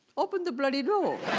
open the bloody door.